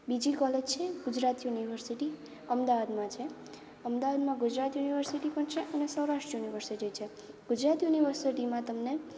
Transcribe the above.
બીજી કોલેજ છે ગુજરાત યુનિવર્સિટી અમદાવાદમાં છે અમદાવાદમાં ગુજરાત યુનિવર્સિટી પણ છે અને સૌરાષ્ટ્ર યુનિવર્સિટી છે ગુજરાત યુનિવર્સિટીમાં તમને